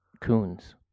Coons